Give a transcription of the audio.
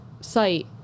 site